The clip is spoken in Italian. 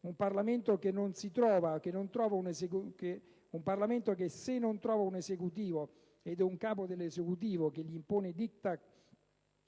un Parlamento che se non trova un Esecutivo, ed un capo dell'Esecutivo, che gli impone *diktat*